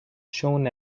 shown